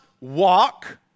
walk